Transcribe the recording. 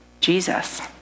Jesus